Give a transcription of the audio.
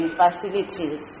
facilities